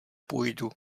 půjdu